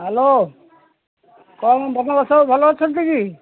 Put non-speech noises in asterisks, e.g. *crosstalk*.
hello କ'ଣ *unintelligible* ଭଲ ଅଛନ୍ତି କି